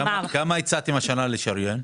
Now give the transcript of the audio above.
כמה הצעתם השנה לשריין?